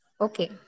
Okay